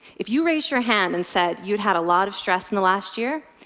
if you raised your hand and said you'd had a lot of stress in the last year,